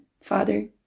Father